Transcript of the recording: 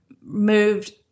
moved